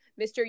Mr